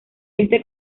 este